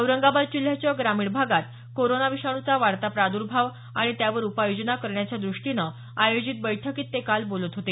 औरंगाबाद जिल्ह्याच्या ग्रामीण भागात कोरोनाचा वाढता प्रादर्भाव आणि त्यावर उपाययोजना करण्याच्या दृष्टीनं आयोजित बैठकीत ते काल बोलत होते